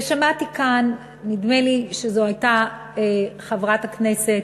ושמעתי כאן, נדמה לי שזו הייתה חברת הכנסת,